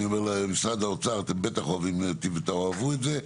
אני אומר למשרד האוצר, אתם בטח תאהבו את זה,